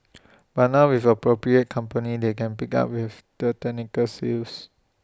but now with appropriate companies they can pick up with the technical skills